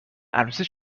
عروسی